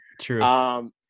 True